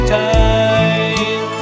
time